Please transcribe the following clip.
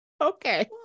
okay